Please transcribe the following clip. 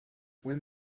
when